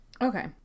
Okay